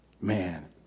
Man